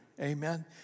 Amen